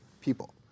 people